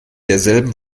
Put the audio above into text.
derselben